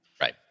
Right